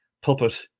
puppet